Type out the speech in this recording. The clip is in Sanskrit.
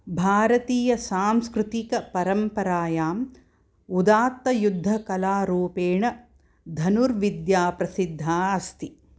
भारतीय सांस्कृतिकपरम्परायाम् उदात्तयुद्धकलारूपेण धनुर्विद्या प्रसिद्धा अस्ति